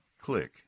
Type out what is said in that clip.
Click